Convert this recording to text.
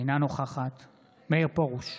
אינה נוכחת מאיר פרוש,